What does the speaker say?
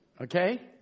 Okay